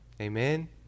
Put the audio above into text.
Amen